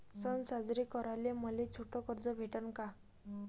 सन साजरे कराले मले छोट कर्ज भेटन का?